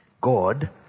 God